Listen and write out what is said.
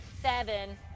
Seven